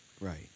Right